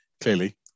clearly